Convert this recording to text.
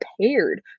prepared